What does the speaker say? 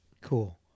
cool